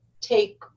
take